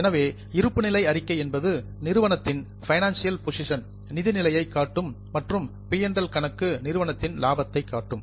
எனவே இருப்புநிலை அறிக்கை என்பது நிறுவனத்தின் பைனான்சியல் பொசிஷன் நிதி நிலையை காட்டும் மற்றும் பி மற்றும் எல் PL கணக்கு நிறுவனத்தின் லாபத்தை காட்டும்